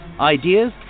ideas